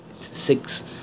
six